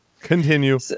Continue